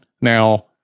now